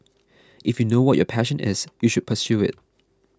if you know what your passion is you should pursue it